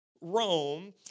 Rome